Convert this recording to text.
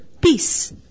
peace